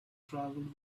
travelled